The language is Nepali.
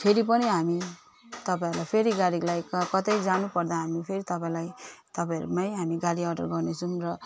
फेरि पनि हामी तपाईँहरूलाई फेरि गाडीको लागि क कतै जानुपर्दा हामी फेरि तपाईँलाई तपाईँहरूमै हामी गाडी अर्डर गर्नेछौँ र